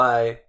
Bye